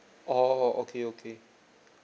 orh okay okay